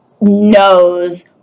knows